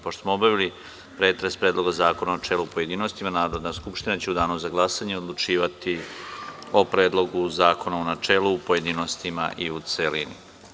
Pošto smo obavili pretres Predloga zakona u načelu i pojedinostima Narodna skupština će u danu za glasanje odlučivati o Predlogu zakona u načelu, u pojedinostima i u celini.